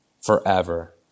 forever